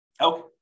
Okay